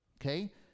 Okay